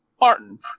Martin